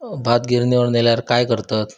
भात गिर्निवर नेल्यार काय करतत?